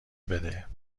بده